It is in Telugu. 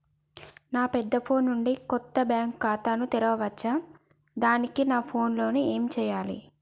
నా పెద్ద ఫోన్ నుండి కొత్త బ్యాంక్ ఖాతా తెరవచ్చా? దానికి నా ఫోన్ లో ఏం చేయాలి?